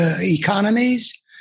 economies